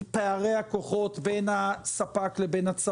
התפקיד שלנו הוא להפוך את הזכות הזאת לחופש ניידות בין מספרים לחופש